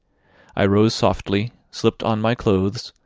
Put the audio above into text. i rose softly, slipped on my clothes,